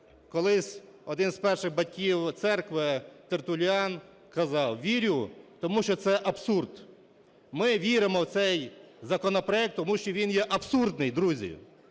колись один з перших батьків церкви Тертуліан казав: "Вірю, тому що це абсурд". Ми віримо в цей законопроект, тому що він є абсурдний, друзі.